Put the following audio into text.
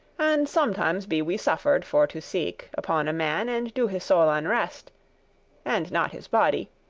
and sometimes be we suffer'd for to seek upon a man and do his soul unrest and not his body,